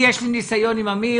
יש לי ניסיון עם אמיר,